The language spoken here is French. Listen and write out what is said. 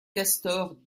castors